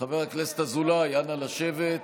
חבר הכנסת אזולאי, אנא, לשבת.